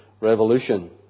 revolution